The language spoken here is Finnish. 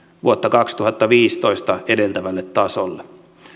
vuotta kaksituhattaviisitoista edeltävälle tasolle